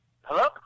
Hello